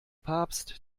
papst